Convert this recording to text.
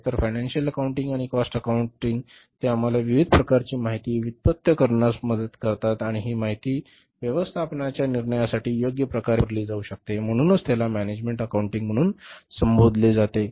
तर financial accounting आणि cost accounting ते आम्हाला विविध प्रकारची माहिती व्युत्पन्न करण्यास मदत करतात आणि ही माहिती व्यवस्थापनाच्या निर्णयासाठी योग्य प्रकारे वापरली जाऊ शकते म्हणूनच त्याला मॅनेजमेण्ट अकाऊण्टिंग म्हणून संबोधले जाते